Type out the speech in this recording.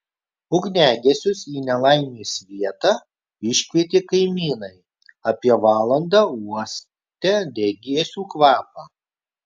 ugniagesius į nelaimės vietą iškvietė kaimynai apie valandą uostę degėsių kvapą